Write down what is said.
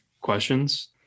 questions